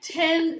ten